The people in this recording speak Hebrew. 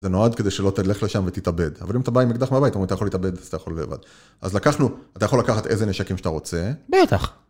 זה נועד כדי שלא תלך לשם ותתאבד, אבל אם אתה בא עם אקדח מהבית, הם אומרים, אתה יכול להתאבד אז אתה יכול גם לבד, אז לקחנו, אתה יכול לקחת איזה נשקים שאתה רוצה. - בטח.